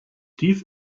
teeth